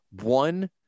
one